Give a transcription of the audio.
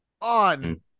on